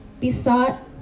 besought